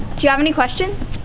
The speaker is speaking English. do you have any questions?